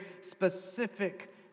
specific